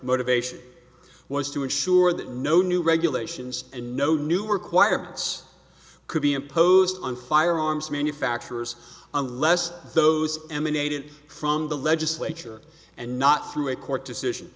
motivation was to ensure that no new regulations and no new requirements could be imposed on firearms manufacturers unless those emanated from the legislature and not through a court decision